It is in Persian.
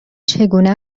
چگونه